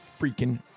freaking